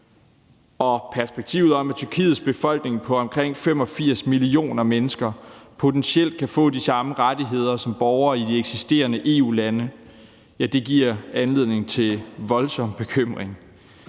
Perspektivet om, at Tyrkiets befolkning på omkring 85 millioner mennesker potentielt kan få de samme rettigheder som borgere i de eksisterende EU-lande, giver anledning til voldsom bekymring.